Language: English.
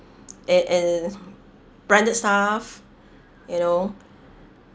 and and branded stuff you know